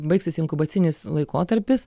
baigsis inkubacinis laikotarpis